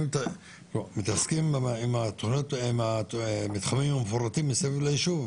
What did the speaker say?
מתעסקים עם המתחמים המפורטים מסביב לישוב,